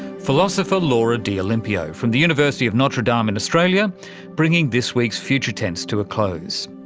philosopher laura d'olimpio from the university of notre dame in australia bringing this week's future tense to a close.